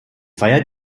feiert